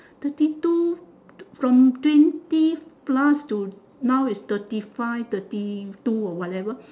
thirty two from twenty plus to now is thirty five thirty two or whatever